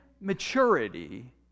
maturity